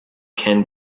can